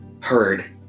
heard